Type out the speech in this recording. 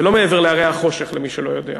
זה לא מעבר להרי החושך, למי שלא יודע.